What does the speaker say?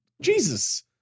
Jesus